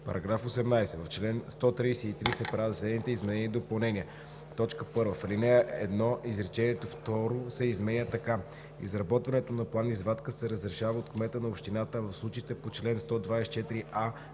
§ 18: „§ 18. В чл. 133 се правят следните изменения и допълнения: 1. В ал. 1 изречение второ се изменя така: „Изработването на план-извадка се разрешава от кмета на общината, а в случаите по чл. 124а,